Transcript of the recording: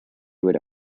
would